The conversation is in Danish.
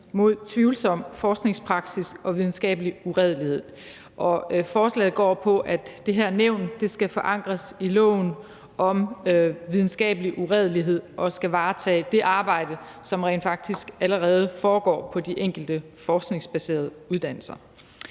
mod tvivlsom forskningspraksis og videnskabelig uredelighed. Forslaget går på, at det her nævn skal forankres i loven om videnskabelig uredelighed og skal varetage det arbejde, som rent faktisk allerede foregår på de enkelte forskningsbaserede uddannelser.